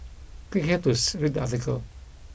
click here to read the article